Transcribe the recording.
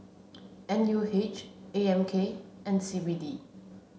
N U H A M K and C B D